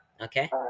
Okay